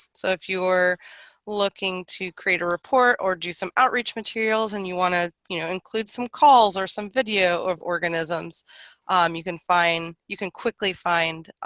so if you're looking to create a report or do some outreach materials and you want to you know include some calls or some video of organisms um you can find you can quickly find